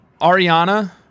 Ariana